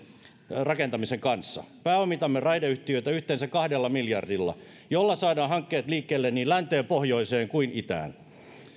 rakentamisen kanssa pääomitamme raideyhtiöitä yhteensä kahdella miljardilla jolla saadaan hankkeet liikkeelle niin länteen pohjoiseen kuin itään